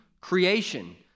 creation